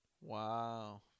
Wow